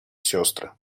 сестры